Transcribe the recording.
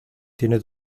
tiene